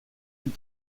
plus